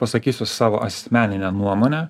pasakysiu savo asmeninę nuomone